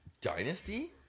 Dynasty